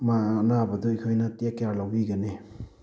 ꯃꯥ ꯑꯅꯥꯕꯗꯨ ꯑꯩꯈꯣꯏꯅ ꯇꯦꯛ ꯀꯦꯌꯔ ꯂꯧꯕꯤꯒꯅꯤ